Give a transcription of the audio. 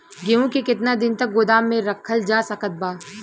गेहूँ के केतना दिन तक गोदाम मे रखल जा सकत बा?